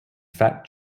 fat